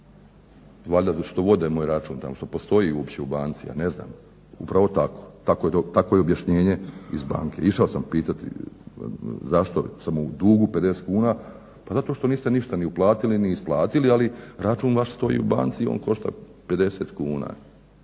valjda što vode moj račun tamo što postoji u banci ja ne znam, upravo tako, tako je objašnjenje iz banke. Išao sam pitati zašto sam u dugu 50 kuna, pa zato što niste ništa ni uplatili ni isplatili, ali račun vaš stoji u banci i on košta 50 kuna.